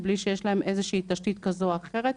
מבלי שיש להן איזושהי תשתית כזו או אחרת.